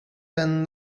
then